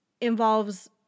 involves